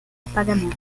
pagamento